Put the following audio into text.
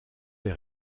les